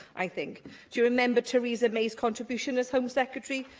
i think. do you remember theresa may's contribution, as home secretary,